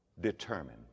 determine